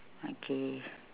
okay